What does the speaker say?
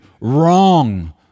wrong